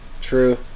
True